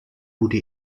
gute